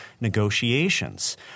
negotiations